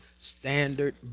standard